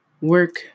work